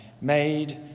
made